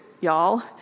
y'all